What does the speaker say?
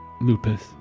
Lupus